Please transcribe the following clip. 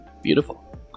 Beautiful